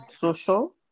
social